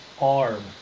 arm